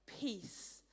peace